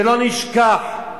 שלא נשכח,